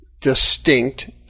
distinct